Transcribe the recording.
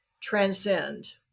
transcend